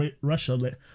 Russia